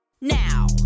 Now